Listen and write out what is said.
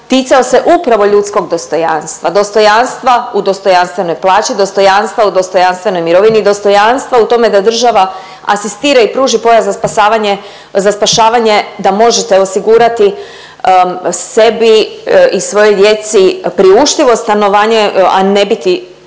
ticao se upravo ljudskog dostojanstva. Dostojanstva u dostojanstvenoj plaći, dostojanstva u dostojanstveno mirovini i dostojanstva u tome da država asistira i pruži pojas za spašavanje da možete osigurati sebi i svojoj djeci priuštivo stanovanje, a ne biti